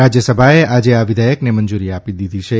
રાજયસભાએ આજે આ વિધેયકને મંજૂરી આપી દીધી છે